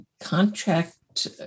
contract